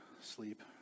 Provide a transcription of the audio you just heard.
sleep